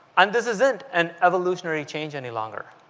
and this isn't an evolutionary change any longer.